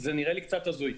זה נראה לי קצת הזוי.